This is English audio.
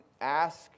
ask